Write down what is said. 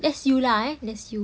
that's you lah that's you